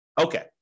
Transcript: Okay